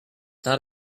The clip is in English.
not